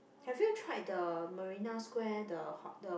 have you tried the Marina Square the hot the